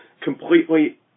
completely